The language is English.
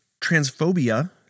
transphobia